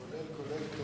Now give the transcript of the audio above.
כמו גם לזה,